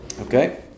Okay